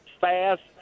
fast